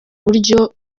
buryo